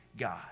God